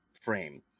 frame